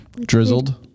Drizzled